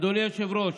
אדוני היושב-ראש,